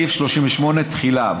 סעיף 38 (תחילה).